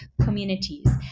communities